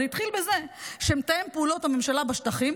זה התחיל בזה שמתאם פעולות הממשלה בשטחים